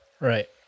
Right